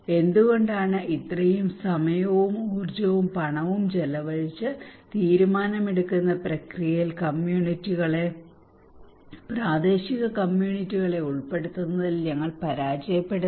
എന്തുകൊണ്ടാണ് ഇത്രയധികം സമയവും ഊർജവും പണവും ചെലവഴിച്ച് തീരുമാനമെടുക്കുന്ന പ്രക്രിയയിൽ കമ്മ്യൂണിറ്റികളെ പ്രാദേശിക കമ്മ്യൂണിറ്റികളെ ഉൾപ്പെടുത്തുന്നതിൽ ഞങ്ങൾ പരാജയപ്പെടുന്നത്